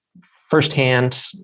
firsthand